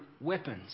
weapons